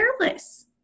careless